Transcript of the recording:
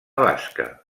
basca